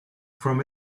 from